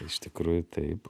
iš tikrųjų taip